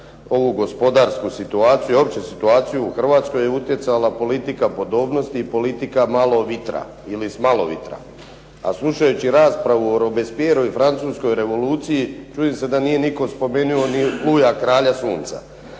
ovu gospodarsku situaciju i uopće situaciju u Hrvatskoj je utjecala politika podobnosti i politika malo vitra ili s malo vitra. A slušajući raspravu o Robespierru i francuskoj revoluciji čudim se da nije nitko spomenuo ni Luja, kralja sunca.